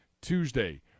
Tuesday